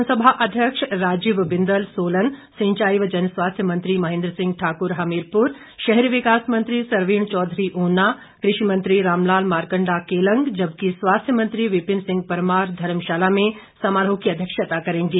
विधानसभा अध्यक्ष राजीव बिंदल सोलन सिंचाई व जनस्वास्थ्य मंत्री महेन्द्र सिंह ठाक्र हमीरपुर शहरी विकास मंत्री सरवीण चौधरी ऊना कृषि मंत्री रामलाल मारकंडा केलंग जबकि स्वास्थ्य मंत्री विपिन सिंह परमार धर्मशाला में समारोह की अध्यक्षता करेंगे